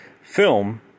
film